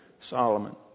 Solomon